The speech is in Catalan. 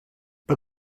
pel